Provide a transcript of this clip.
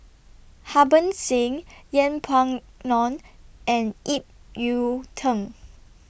Harbans Singh Yeng Pway Ngon and Ip Yiu Tung